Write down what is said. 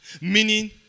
Meaning